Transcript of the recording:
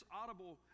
audible